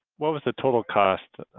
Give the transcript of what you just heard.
what was the total cost?